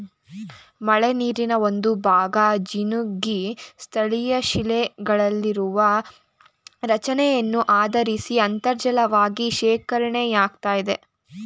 ಮಳೆನೀರಿನ ಒಂದುಭಾಗ ಜಿನುಗಿ ಸ್ಥಳೀಯಶಿಲೆಗಳಲ್ಲಿರುವ ರಚನೆಯನ್ನು ಆಧರಿಸಿ ಅಂತರ್ಜಲವಾಗಿ ಶೇಖರಣೆಯಾಗ್ತದೆ